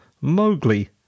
Mowgli